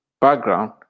background